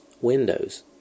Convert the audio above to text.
windows